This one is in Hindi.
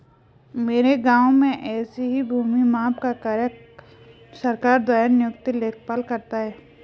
मेरे गांव में ऐसे ही भूमि माप का कार्य सरकार द्वारा नियुक्त लेखपाल करता है